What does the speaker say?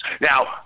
Now